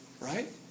right